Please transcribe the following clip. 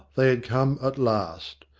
they had come at last.